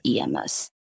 EMS